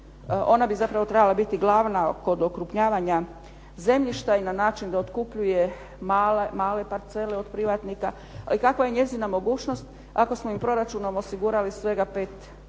Ona bi zapravo trebala biti glavna kod okrupnjavanja zemljišta i na način da otkupljuje male parcele od privatnika. Ali kakva je njezina mogućnost ako smo im proračunom osigurali svega 5